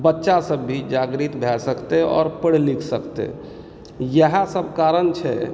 बच्चासभ भी जागृत भए सकतै आओर पढ़ि लिख सकतै इएहसभ कारण छै